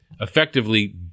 effectively